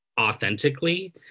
authentically